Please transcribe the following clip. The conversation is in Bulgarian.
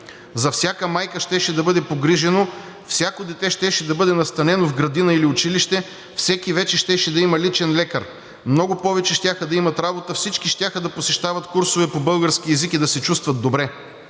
За всяка майка щеше да бъде погрижено, всяко дете щеше да бъде настанено в градина или училище, всеки вече щеше да има личен лекар. Много повече щяха да имат работа, всички щяха да посещават курсове по български език и да се чувстват добре